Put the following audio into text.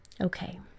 Okay